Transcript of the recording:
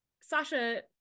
Sasha